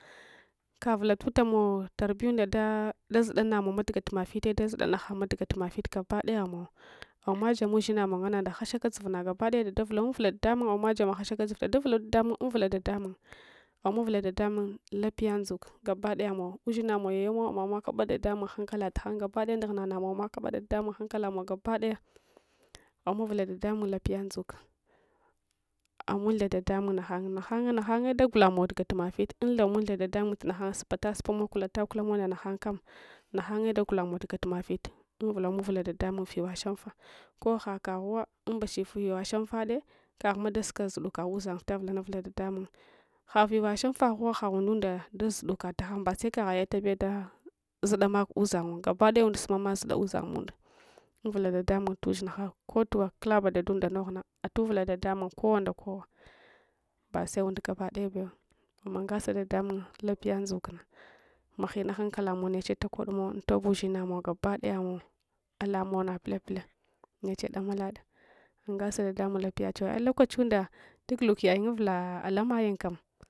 Kavulalu tamow tarbiyunda ɗazude namow ma gartuma fite ɗazuda nagnanma gatuma fite gabadaya mow awama dama ushinsmow nganna nganahaks dzuva na gabadaya dadsvulam awuvula ɗaɗamung uwamajama hashaka dzuva ɗaɗsvulum ɗaɗamungwa unvula dadamung amawuvula dedamung lapya ndzuk gabadayamow uzshinamow yayamowa awamakba dadamung hankalataghang gabadaya nd aghana na mowma amakaba ɗaɗamung gabadaya awamavula ɗaɗamung lapya ndzuka awamuntha ɗaɗamung danaghanye nagh ai ye ɗagotamow gatuma fite unthamuntha dadamung naghan supatasupamow gulatakulamow na naghankam naghanye dagulamow gatumafite unvulamavula ɗaɗamungfiwa shamfah koghe kaghuwa un mba fiwa shamfade kaghma dasunke zuduka uzang vita vulanavula ɗaɗamung ghafita ashamfaghuwa agha’undunda daz zuduka tagha base kagha yatabeda zubamak uzangu gabadaye und sumama zuda uzang munda amavula ɗaɗamung ushingha kotuwa kulabe unda noghna atuvula ɗaɗamung kowa nda kowa base un gaba daya bewa amungasa ɗqɗqmung lafya ndzukna maghna hankalam neche takodnow untoba ushinamow gabadayamalamow na pulapula neche damala da ungasa ɗaɗamung lapya chewa ai’ lokachiwunda tugululyayung uvula lamayum kam